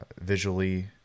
visually